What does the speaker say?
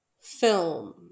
film